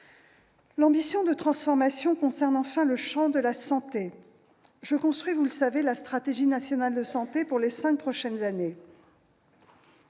L'ambition de transformation concerne enfin le champ de la santé. Je construis, vous le savez, la stratégie nationale de santé pour les cinq prochaines années.